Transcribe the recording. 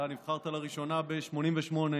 אתה נבחרת לראשונה ב-1988,